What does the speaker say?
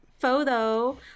photo